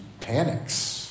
panics